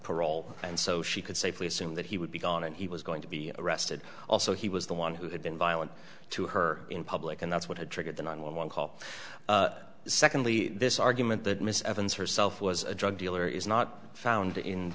parole and so she could safely assume that he would be gone and he was going to be arrested also he was the one who had been violent to her in public and that's what had triggered the nine one one call secondly this argument that mrs evans herself was a drug dealer is not found in